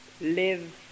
live